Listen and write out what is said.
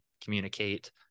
communicate